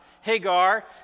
Hagar